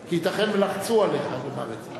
כי ייתכן שלחצו עליך לומר את זה.